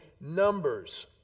numbers